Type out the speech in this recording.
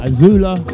Azula